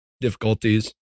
difficulties